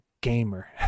gamer